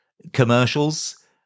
Commercials